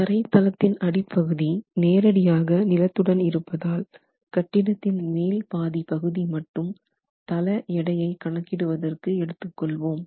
தரைதளத்தின் அடிப்பகுதி நேரடியாக நிலத்துடன் இருப்பதால் கட்டிடத்தின் மேல் பாதி பகுதி மட்டும் தள எடையை கணக்கிடுவதற்கு எடுத்து கொள்வோம்